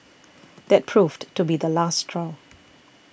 that proved to be the last straw